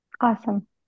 Awesome